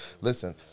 Listen